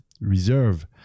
reserve